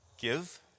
Give